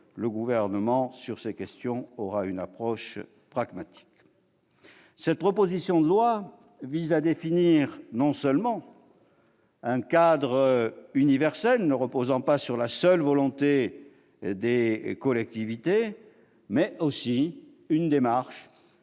Le Gouvernement aura, sur ces questions, une approche pragmatique. Cette proposition de loi tend à définir non seulement un cadre universel ne reposant pas sur la seule volonté des collectivités, mais aussi une démarche